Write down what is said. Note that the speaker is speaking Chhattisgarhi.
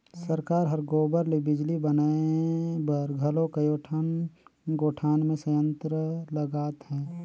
सरकार हर गोबर ले बिजली बनाए बर घलो कयोठन गोठान मे संयंत्र लगात हे